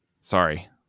Sorry